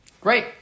Great